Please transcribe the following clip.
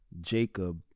Jacob